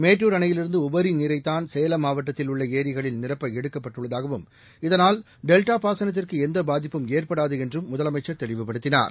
மேட்டூர் அணையிலிருந்து உபரி நீரைத்தான் சேலம் மாவட்டத்தில் உள்ள ஏரிகளில் நிரப்ப எடுக்கவுள்ளதாகவும் இதனால் டெல்டா பாசனத்திற்கு எந்த பாதிப்பும் ஏற்படாது என்றும் முதலமைச்சர் தெளிவுபடுத்தினார்